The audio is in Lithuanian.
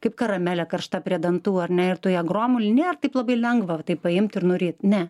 kaip karamelė karšta prie dantų ar ne ir tu ją gromulini ne taip labai lengva taip paimt ir noryt ne